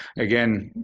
again,